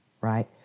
right